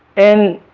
and